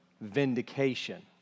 vindication